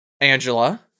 angela